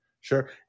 Sure